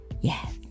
yes